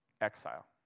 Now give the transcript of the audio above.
Exile